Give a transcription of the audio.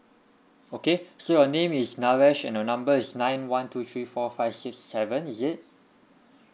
okay so your name is naresh and your number is nine one two three four five six seven is it